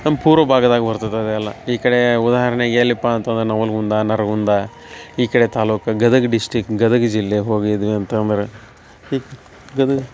ನಮ್ಮ ಪೂರ್ವ ಭಾಗದಾಗ ಬರ್ತದ ಅದೆಲ್ಲ ಈ ಕಡೆ ಉದಾಹರ್ಣೆಗೆ ಎಲ್ಯಪ್ಪ ಅಂತಂದ್ರ ನವನ್ಗುಂದ ನರಗುಂದ ಈ ಕಡೆ ತಾಲೂಕು ಗದಗ ಡಿಸ್ಟಿಕ್ ಗದಗ ಜಿಲ್ಲೆ ಹೋಗಿದ್ವಿ ಅಂತಂದ್ರ ಈ ಗದಗ